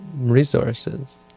resources